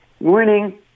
morning